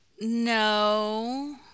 No